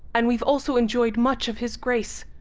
and we've also enjoyed much of his grace,